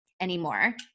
anymore